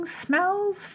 smells